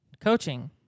coaching